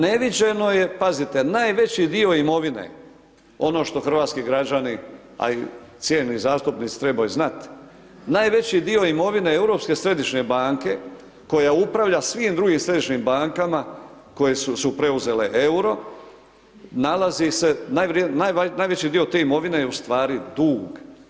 Neviđeno je, pazite, najveći dio imovine, ono što hrvatski građani, a i cijenjeni zastupnici trebaju znat, najveći dio imovine Europske središnje banke koja upravlja svim drugim Središnjim bankama koje su preuzele EUR-o, nalazi se, najveći dio te imovine je ustvari dug.